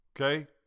Okay